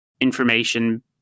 information